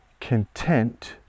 content